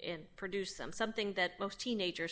it produced some something that most teenagers